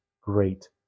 great